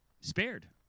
spared